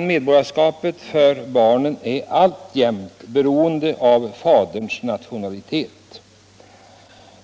Medborgarskapet för barnet är alltjämt beroende av faderns nationalitet.